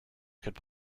could